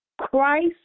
Christ